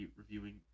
reviewing